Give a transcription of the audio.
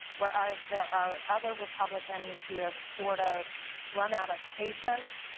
whereas there are other republicans who have sort of run out of patience.